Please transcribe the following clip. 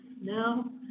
now